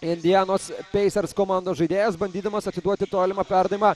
indianos pacers komandos žaidėjas bandydamas atiduoti tolimą perdavimą